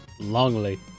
longly